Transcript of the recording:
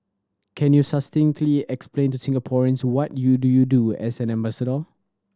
can you succinctly explain to Singaporeans what you do you do as an ambassador